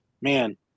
man